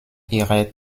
ihrer